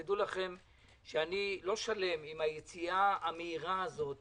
אני לא שלם עם היציאה המהירה הזאת